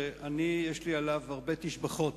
יש לי עליו הרבה תשבחות,